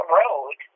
road